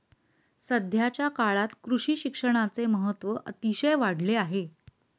सध्याच्या काळात कृषी शिक्षणाचे महत्त्व अतिशय वाढले आहे